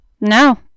No